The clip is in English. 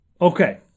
okay